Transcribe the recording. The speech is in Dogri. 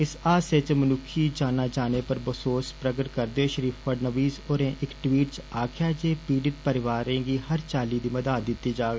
इस हादसे च मनुक्खी जाना जाने पर बसोस प्रगट करदे होई श्री फड़नवीज होरें इक टवीट चे आक्खेआ जे पीड़त परिवारें गी हर चाल्ली दी मदाद दिती जाग